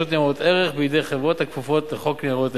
ניירות ערך בידי חברות הכפופות לחוק ניירות ערך.